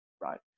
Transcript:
Right